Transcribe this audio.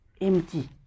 empty